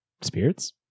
Spirits